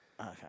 Okay